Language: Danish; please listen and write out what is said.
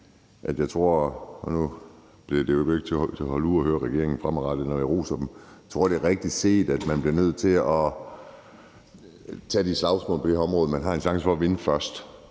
landbruget, og nu bliver det vel ikke til at holde ud at høre på regeringen fremadrettet, når jeg roser dem, men jeg tror, det er rigtigt set, at man på det her område bliver nødt til at tage de slagsmål først, som man har en chance for at vinde.